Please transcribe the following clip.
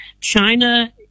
China